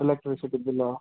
electricity Billa